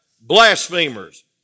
blasphemers